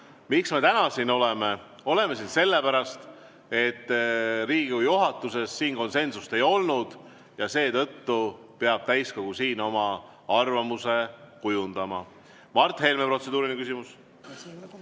täna siin oleme? Oleme siin sellepärast, et Riigikogu juhatuses konsensust ei olnud ja seetõttu peab täiskogu oma arvamuse kujundama. Mart Helme, protseduuriline küsimus.